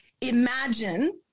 imagine